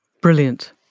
Brilliant